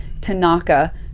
tanaka